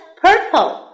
purple